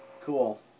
Cool